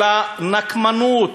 אלא נקמנות.